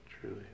Truly